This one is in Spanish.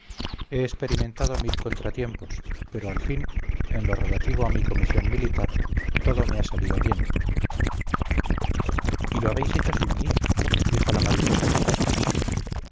he experimentado mil contratiempos pero al fin en lo relativo a mi comisión militar todo me ha salido bien y lo habéis hecho sin mí dijo la mariposa con despecho